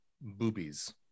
boobies